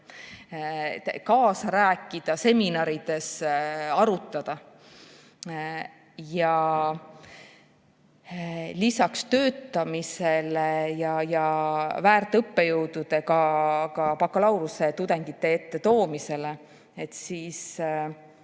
kaasa rääkida, seminarides arutada. Lisaks töötamisele ja väärt õppejõudude bakalaureusetudengite ette toomisele on veel